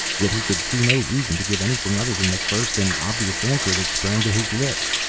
yet he could see no reason to give anything other than the first and obvious answer that sprang to his lips.